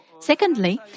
Secondly